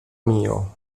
mio